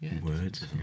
Words